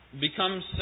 become